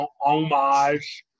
homage